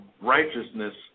righteousness